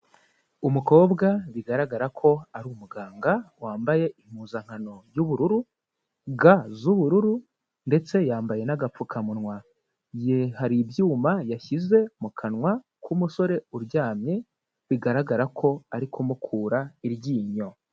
Umukobwa bigaragara ko ari umuganga wambaye impuzankano y'ubururu, uturindantoki tw'ubururu ndetse yambaye n'agapfukamunwa. Ye hari ibyuma yashyize mu kanwa k'umusore uryamye bigaragara ko ari kumukura iryinyo.